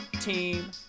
team